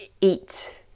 eat